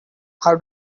how